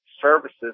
services